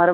మరి